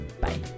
Bye